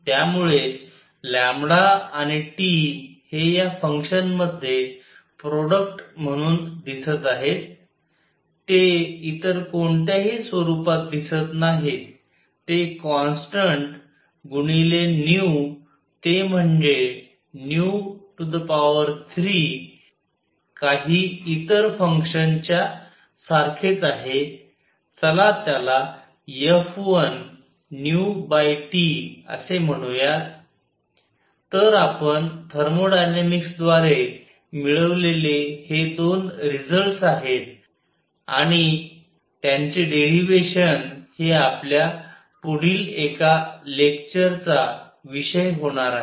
त्यामुळे आणि T हे या फंक्शन मध्ये प्रॉडक्ट म्हणून दिसत आहेत ते इतर कोणत्याही स्वरूपात दिसत नाही ते कॉन्स्टन्ट गुणिले ते म्हणजेच 3 काही इतर फंक्शन च्या सारखेच आहे चला त्याला f1असे म्हणूयात तर आपण थर्मोडायनामिक्सद्वारे मिळवलेले हे दोन रिसल्ट्स आहेत आणि त्यांचे डेरीव्हेशन हे आपल्या पुढील एका लेक्चरचा विषय होणार आहे